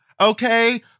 okay